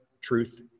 truth